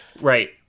right